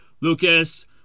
Lucas